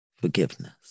forgiveness